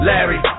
Larry